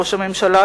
ראש הממשלה,